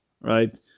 Right